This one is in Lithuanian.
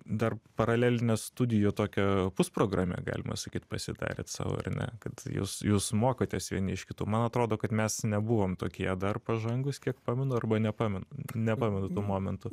dar paralelinę studijų tokią pusprogramę galima sakyt pasidarėt sau ar ne kad jūs jūs mokotės vieni iš kitų man atrodo kad mes nebuvome tokie dar pažangūs kiek pamenu arba nepamenu nepamenu to momento